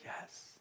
yes